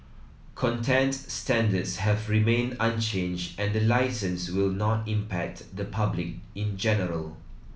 content standards have remained unchanged and the licence will not impact the public in general